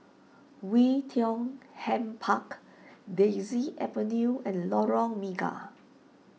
Oei Tiong Ham Park Daisy Avenue and Lorong Mega